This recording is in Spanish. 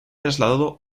trasladado